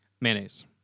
Mayonnaise